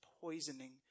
poisoning